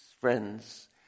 friends